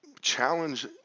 challenge